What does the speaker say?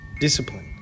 Discipline